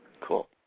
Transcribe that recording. Cool